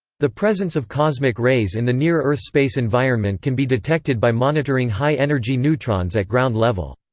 the presence of cosmic rays in the near-earth space environment can be detected by monitoring high energy neutrons at ground level.